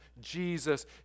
Jesus